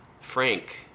Frank